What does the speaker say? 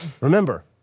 Remember